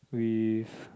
with